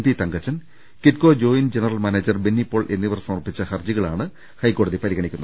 T Thankachan KITCO joint general manager Benny Paul എന്നിവർ സമർപ്പിച്ച ഹർജികളാണ് ഹൈക്കോടതി പരിഗണിക്കുന്നത്